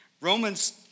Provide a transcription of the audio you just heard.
Romans